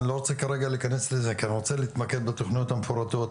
אני לא רוצה כרגע להיכנס לזה כי אני רוצה להתמקד בתוכניות המפורטות,